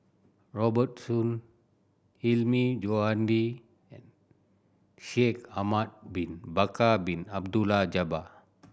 Robert Soon Hilmi Johandi and Shaikh Ahmad Bin Bakar Bin Abdullah Jabbar